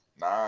nine